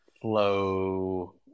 flow